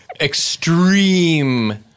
extreme